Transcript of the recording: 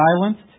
silenced